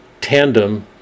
tandem